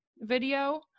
video